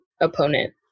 opponent